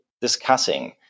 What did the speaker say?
discussing